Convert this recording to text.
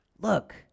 Look